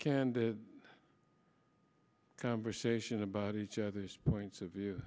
candid conversation about each other's points of view